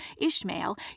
Ishmael